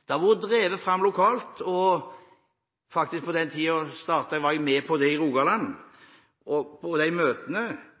Dette har vært drevet fram lokalt, og jeg var faktisk med på møtene da dette startet i Rogaland. Og det som ligger i